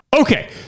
Okay